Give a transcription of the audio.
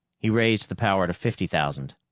he raised the power to fifty thousand.